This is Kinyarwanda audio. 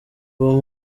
uwo